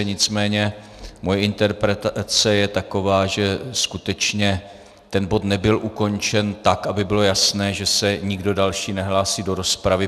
Nicméně moje interpretace je taková, že skutečně ten bod nebyl ukončen tak, aby bylo jasné, že se nikdo další nehlásí do rozpravy.